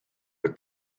the